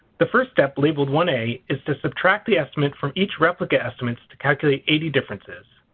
the first step, labeled one a, is to subtract the estimate from each replicate estimates to calculate eighty differences.